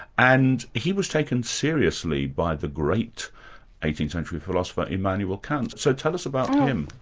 and he was taken seriously by the great eighteenth century philosopher, immanuel kant, so tell us about him.